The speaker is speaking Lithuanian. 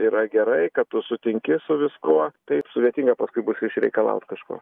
yra gerai kad tu sutinki su viskuo taip sudėtinga paskui bus išreikalaut kažko